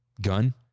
gun